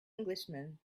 englishman